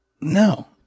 No